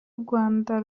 rwanda